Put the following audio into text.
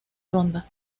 ronda